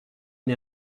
une